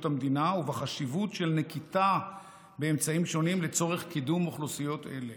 המדינה ובחשיבות של נקיטה באמצעים שונים לצורך קידום אוכלוסיות אלה.